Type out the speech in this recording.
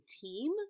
team